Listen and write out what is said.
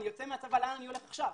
אני יוצא מהצבא לאן אני הולך עכשיו?